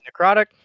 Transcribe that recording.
Necrotic